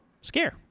Scare